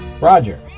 Roger